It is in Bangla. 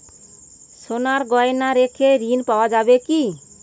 সোনার গহনা রেখে ঋণ পাওয়া যাবে কি?